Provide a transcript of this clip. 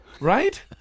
Right